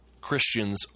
Christians